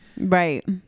Right